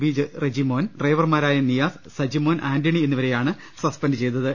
B Rejimon ഡ്രൈവർമാരായ നിയാസ് സജിമോൻ ആന്റണി എന്നിവരെയാണ് suspend ചെയ്തത്